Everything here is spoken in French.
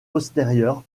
postérieurs